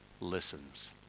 listens